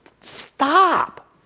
stop